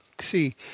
see